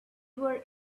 were